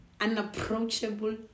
unapproachable